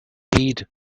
heed